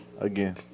Again